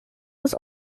was